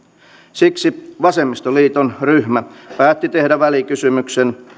siksi vasemmistoliiton ryhmä päätti tehdä välikysymyksen